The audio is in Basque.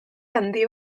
handi